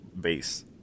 base